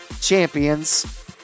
champions